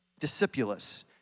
discipulus